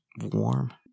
warm